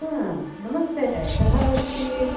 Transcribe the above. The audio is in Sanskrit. नमस्ते कः अस्ति